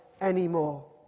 anymore